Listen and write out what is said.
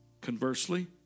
Conversely